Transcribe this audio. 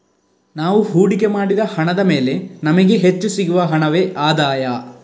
ನಾವು ಹೂಡಿಕೆ ಮಾಡಿದ ಹಣದ ಮೇಲೆ ನಮಿಗೆ ಹೆಚ್ಚು ಸಿಗುವ ಹಣವೇ ಆದಾಯ